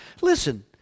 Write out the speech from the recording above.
Listen